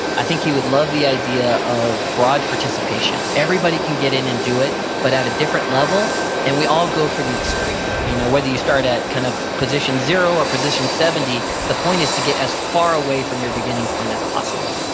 i think he would love the idea of broad participation. everybody can get in and do it, but at a different level and we all go for the extreme. you know whether you start at kind of position zero or position seventy, the point is to get as far say from your beginning point as possible.